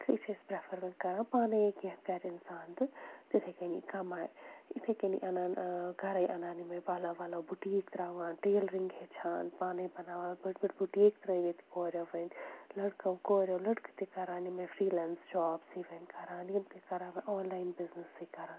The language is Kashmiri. اِسلیے چھِ أسۍ پرٛٮ۪فَر وۄنۍ کَران پانَے کینٛہہ کَرِ اِنسان تہٕ تِتھَے کٔنی کَمایہِ یِتھَے کٔنی اَنان ٲں گَرَے اَنان یِمَے پَلو وَلو بُٹیٖک ترٛاوان ٹیلرِنٛگ ہیٚچھان پانَے بَناوان بٔڑۍ بٔڑ بُٹیٖک ترٛٲوے ییٚتہِ کوریو وۄنۍ لٔڑکو کوریو لٔڑکہٕ تہِ کَران یِمَے فِرٛیلینٕس جابٕسٕے وۄنۍ کَران یِم تہِ کَران وۄنۍ آنلایِن بِزنسٕے کَران